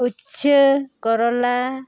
ᱩᱪᱷᱟᱹ ᱠᱚᱨᱚᱞᱟ